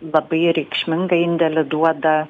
labai reikšmingą indėlį duoda